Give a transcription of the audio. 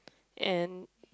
and